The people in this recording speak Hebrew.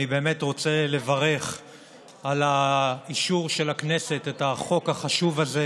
אני באמת רוצה לברך על האישור של הכנסת את החוק החשוב הזה,